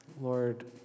Lord